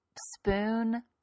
spoon